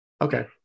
okay